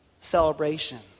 celebration